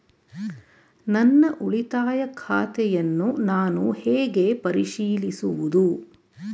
ನನ್ನ ಉಳಿತಾಯ ಖಾತೆಯನ್ನು ನಾನು ಹೇಗೆ ಪರಿಶೀಲಿಸುವುದು?